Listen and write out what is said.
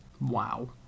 wow